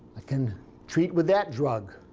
i can treat with that drug.